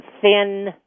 thin